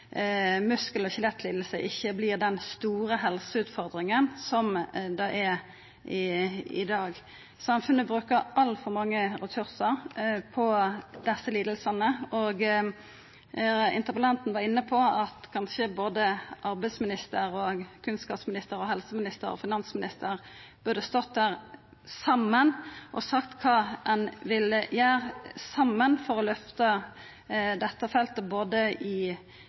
muskel- og skjelettlidingar ikkje vert den store helseutfordringa som det er i dag. Samfunnet bruker altfor mange ressursar på desse lidingane. Interpellanten var inne på at kanskje både arbeids-, kunnskaps-, helse- og finansministeren burde stått her og sagt kva dei saman ville gjera for å løfta dette feltet både i